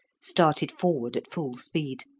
started forward at full speed,